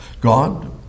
God